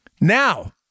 now